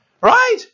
Right